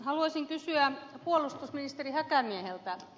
haluaisin kysyä puolustusministeri häkämieheltä